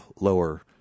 lower